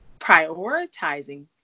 Prioritizing